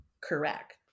correct